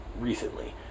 recently